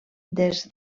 des